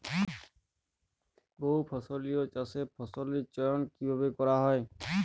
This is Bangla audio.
বহুফসলী চাষে ফসলের চয়ন কীভাবে করা হয়?